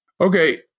Okay